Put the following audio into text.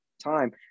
time